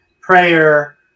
prayer